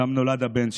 שם נולד הבן שלי,